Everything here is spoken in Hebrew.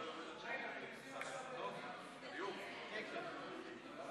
קרא.